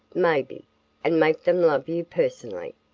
maybe, and make them love you personally?